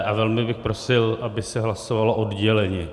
A velmi bych prosil, aby se hlasovalo odděleně.